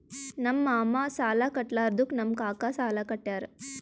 ನಮ್ ಮಾಮಾ ಸಾಲಾ ಕಟ್ಲಾರ್ದುಕ್ ನಮ್ ಕಾಕಾ ಸಾಲಾ ಕಟ್ಯಾರ್